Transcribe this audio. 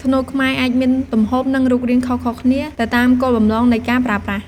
ធ្នូខ្មែរអាចមានទំហំ និងរូបរាងខុសៗគ្នាទៅតាមគោលបំណងនៃការប្រើប្រាស់។